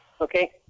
Okay